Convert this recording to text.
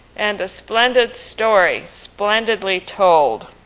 and a splendid story splendidly told.